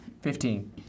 Fifteen